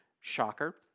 Shocker